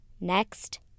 next